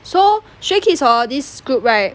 so stray kids hor this group right